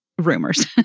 rumors